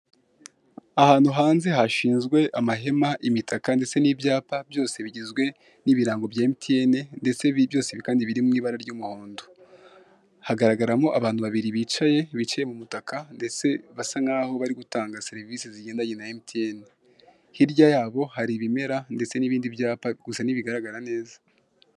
Ahantu hanze hashinzwe amahema imitaka ndetse n'ibyapa, byose bigizwe n'ibirango bya emutiyeni ndetse byose kandi biri mu ibara ry'umuhondo. Hagaragaramo abantu babiri bicaye bicaye mu mutaka ndetse basa nkaho bari gutanga serivise zigendanye na emutiyeni. Hirya yabo hari ibimera ndetse n'ibindi ibyapa gusa ntibigaragara neza.